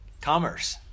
Commerce